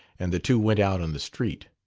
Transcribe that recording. and the two went out on the street.